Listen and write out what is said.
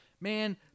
Man